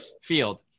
field